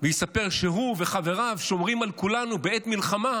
ויספר שהוא וחבריו שומרים על כולנו בעת מלחמה